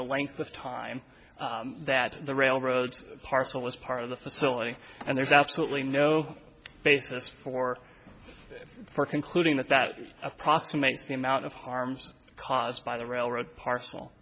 the length of time that the railroad parcel was part of the facility and there's absolutely no basis for concluding that that approximates the amount of harm caused by the railroad parcel